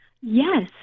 Yes